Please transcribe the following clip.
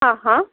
हां हां